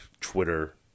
Twitter